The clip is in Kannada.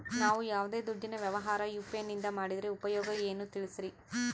ನಾವು ಯಾವ್ದೇ ದುಡ್ಡಿನ ವ್ಯವಹಾರ ಯು.ಪಿ.ಐ ನಿಂದ ಮಾಡಿದ್ರೆ ಉಪಯೋಗ ಏನು ತಿಳಿಸ್ರಿ?